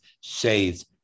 saved